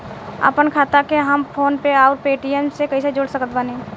आपनखाता के हम फोनपे आउर पेटीएम से कैसे जोड़ सकत बानी?